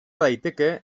daiteke